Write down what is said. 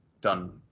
done